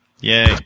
Yay